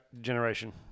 generation